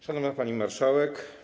Szanowna Pani Marszałek!